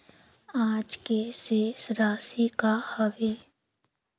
आज के शेष राशि का हवे?